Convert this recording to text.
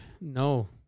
No